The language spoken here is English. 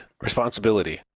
responsibility